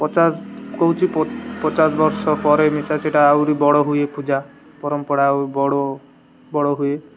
ପଚାଶ କହୁଛି ପଚାଶ ବର୍ଷ ପରେ ମିଶା ସେଇଟା ଆହୁରି ବଡ଼ ହୁଏ ପୂଜା ପରମ୍ପରା ଆହୁରି ବଡ଼ ବଡ଼ ହୁଏ